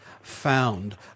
Found